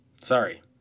sorry